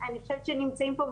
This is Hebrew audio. אני חושבת שהם נמצאים פה,